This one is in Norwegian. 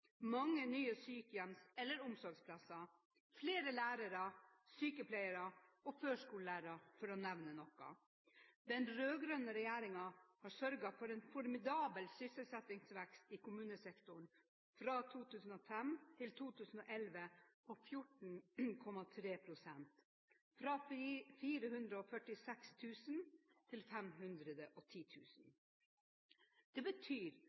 mange nye sykehjems- eller omsorgsplasser, flere lærere, sykepleiere og førskolelærere, for å nevne noe. Den rød-grønne regjeringen har sørget for en formidabel sysselsettingsvekst i kommunesektoren fra 2005 til 2011 på 14,3 pst. – fra 446 000 til 510 000 personer. Dette betyr